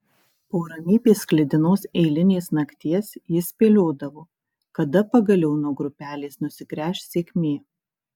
po ramybės sklidinos eilinės nakties jis spėliodavo kada pagaliau nuo grupelės nusigręš sėkmė